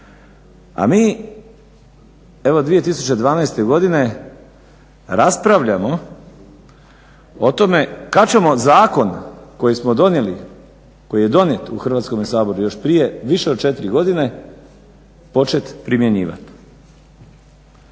a mi evo 2012. godine raspravljamo o tome kad ćemo zakon koji smo donijeli, koji je donijet u Hrvatskome saboru još prije više od 4 godine počet primjenjivat.